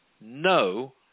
no